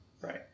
Right